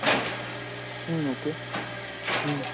ஆ ம் ஓகே ம்